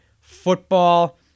football